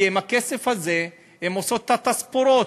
כי עם הכסף הזה הן עושות את התספורות.